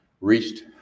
reached